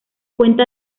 cuenta